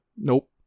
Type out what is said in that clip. nope